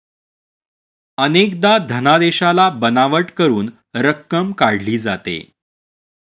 अनेकदा धनादेशाला बनावट करून रक्कम काढली जाते